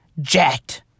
Jet